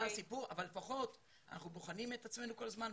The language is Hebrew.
אבל לפחות אנחנו בוחנים את עצמנו כל הזמן,